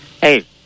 Hey